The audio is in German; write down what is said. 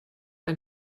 ein